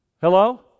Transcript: Hello